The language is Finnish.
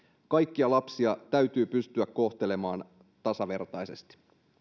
kaikkia lapsia täytyy pystyä kohtelemaan tasavertaisesti